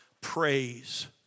praise